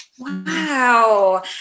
Wow